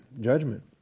judgment